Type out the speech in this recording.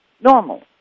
normal